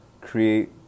create